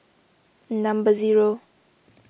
number zero